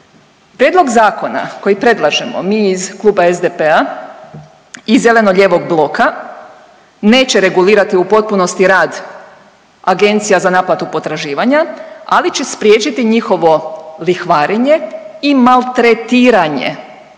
Prijedlog zakona koji predlažemo mi iz Kluba SDP-a i zeleno-lijevog bloka neće regulirati u potpunosti rad Agencija za naplatu potraživanja, ali će spriječiti njihovo lihvarenje i maltretiranje